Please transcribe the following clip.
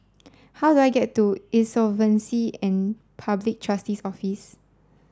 how do I get to Insolvency and Public Trustee's Office